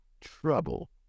trouble